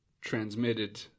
transmitted